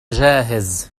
جاهز